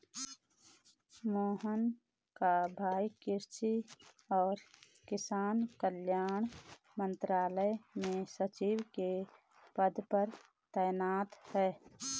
मोहन का भाई कृषि और किसान कल्याण मंत्रालय में सचिव के पद पर तैनात है